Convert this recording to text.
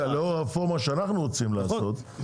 הם לא ייפגעו לאור הרפורמה שאנחנו רוצים לעשות,